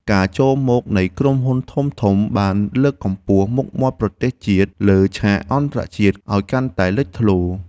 ការចូលមកនៃក្រុមហ៊ុនធំៗជួយលើកកម្ពស់មុខមាត់របស់ប្រទេសជាតិនៅលើឆាកអន្តរជាតិឱ្យកាន់តែលេចធ្លោ។